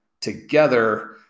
together